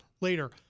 later